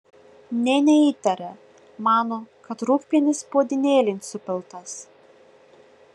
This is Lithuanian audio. nė neįtaria mano kad rūgpienis puodynėlėn supiltas